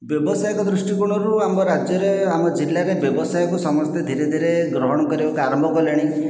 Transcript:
ବ୍ୟବସାୟିକ ଦୃଷ୍ଟିକୋଣରୁ ଆମ ରାଜ୍ୟରେ ଆମ ଜିଲ୍ଲାରେ ବ୍ୟବସାୟକୁ ସମସ୍ତେ ଧୀରେ ଧୀରେ ଗ୍ରହଣ କରିବାକୁ ଆରମ୍ଭ କଲେଣି